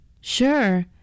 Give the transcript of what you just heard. Sure